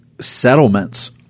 settlements